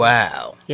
Wow